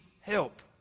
help